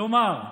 כלומר,